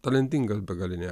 talentingas begaliniai